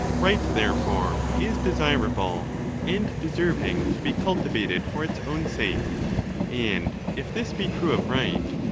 right, therefore, is desirable and deserving to be cul tivated for its own sake and if this be true of right,